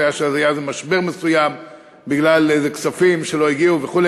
היה משבר מסוים בגלל כספים שלא הגיעו וכו',